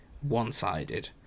one-sided